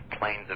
planes